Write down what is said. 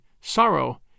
sorrow